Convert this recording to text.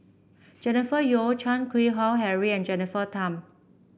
Jennifer Yeo Chan Keng Howe Harry and Jennifer Tham